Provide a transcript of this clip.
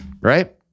right